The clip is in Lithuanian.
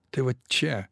tai vat čia